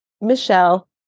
Michelle